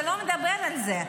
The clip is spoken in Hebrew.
אתה לא מדבר על זה.